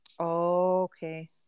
Okay